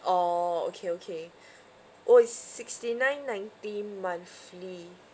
orh okay okay oh it's sixty nine ninety monthly